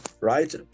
right